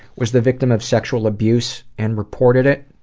was the victim of sexual abuse and reported it.